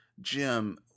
Jim